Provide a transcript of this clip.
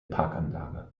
parkanlage